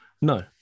No